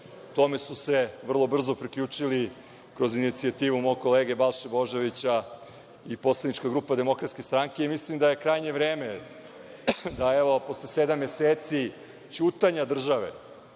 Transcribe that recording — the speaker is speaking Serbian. Tome se vrlo brzo priključila, kroz inicijativu mog kolege Balše Božovića, i poslanička grupa Demokratske stranke. Mislim da je krajnje vreme, naravno, posle sedam meseci ćutanja država